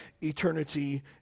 eternity